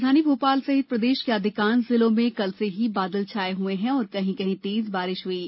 मौसम राजधानी भोपाल सहित प्रदेष के अधिकांष जिलों में कल से ही बादल छाए हुए हैं और कहीं कहीं तेज बारिष हुई है